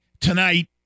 tonight